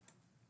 11(ג),